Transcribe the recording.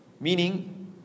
Meaning